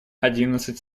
одиннадцать